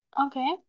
Okay